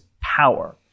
Power